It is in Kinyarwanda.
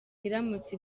iramutse